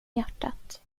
hjärtat